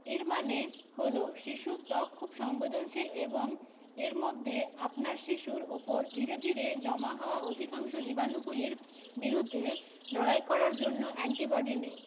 এর মানে হলো শিশুর ত্বক খুব সংবেদনশীল এবং এর মধ্যে আপনার শিশুর ওপর ধীরে ধীরে জমা হওয়া অধিকাংশ জীবাণুগুলির বিরুদ্ধে লড়াই করার জন্য অ্যান্টিবডি নেই